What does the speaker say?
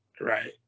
right –